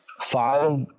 five